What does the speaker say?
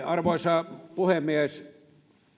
arvoisa puhemies